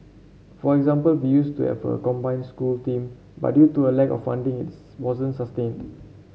for example we used to have a combined school team but due to a lack of funding it's wasn't sustained